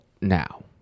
now